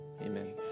amen